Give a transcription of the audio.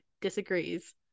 disagrees